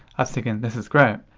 ah thinking this is great!